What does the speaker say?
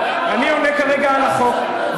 אני עונה כרגע על החוק,